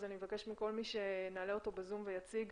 אני מבקשת מכל מי שנעלה אותו בזום ויציג,